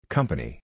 Company